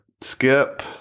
skip